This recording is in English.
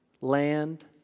land